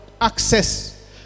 access